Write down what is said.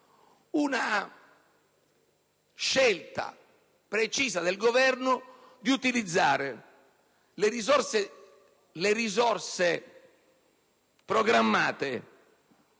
la scelta precisa del Governo di utilizzare le risorse 2007-2013 programmate